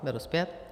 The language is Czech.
Beru zpět.